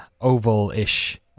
oval-ish